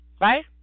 right